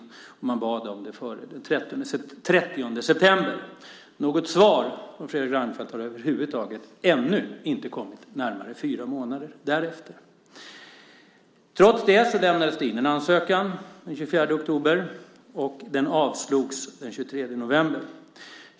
Man hade bett om att få ett svar före den 30 september. Något svar från Fredrik Reinfeldt har ännu inte kommit, närmare fyra månader därefter. Trots det lämnades det in en ansökan den 24 oktober. Den avslogs den 23 november.